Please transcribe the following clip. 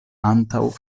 antaŭ